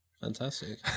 Fantastic